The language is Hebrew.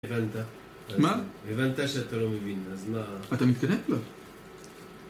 הבנת? מה? הבנת שאתה לא מבין, אז מה? אתה מתקדם? לא.